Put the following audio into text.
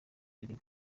irimo